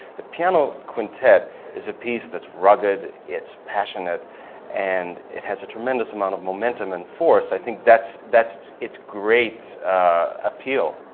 the piano quintet is a piece that's rugged it's passionate and it has a tremendous amount of momentum and force i think that's, that's it's great appeal.